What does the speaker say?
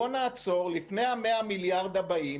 בואו נעצור לפני ה-100 מיליארד הבאים